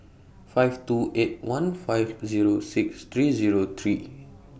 five two eight one five zerp six three Zero three